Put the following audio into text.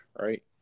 right